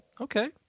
okay